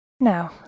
Now